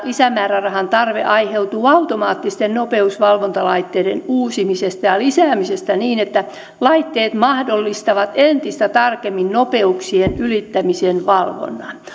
lisämäärärahan tarve aiheutuu automaattisten nopeusvalvontalaitteiden uusimisesta ja lisäämisestä niin että laitteet mahdollistavat entistä tarkemmin nopeuksien ylittämisen valvonnan